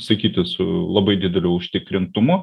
sakyti su labai dideliu užtikrintumu